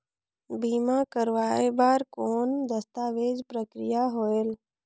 बीमा करवाय बार कौन दस्तावेज प्रक्रिया होएल?